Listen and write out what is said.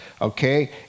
Okay